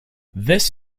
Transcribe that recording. this